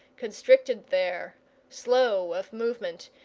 constricted there slow of movement,